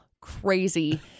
crazy